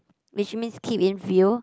which means keep in view